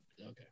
okay